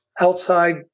outside